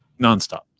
nonstop